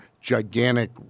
gigantic